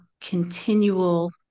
continual